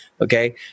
okay